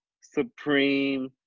Supreme